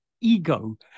ego